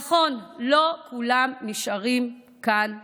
נכון, לא כולם נשארים כאן בישראל,